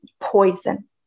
poison